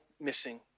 missing